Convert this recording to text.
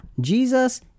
Jesus